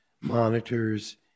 monitors